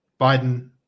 Biden